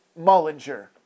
Mullinger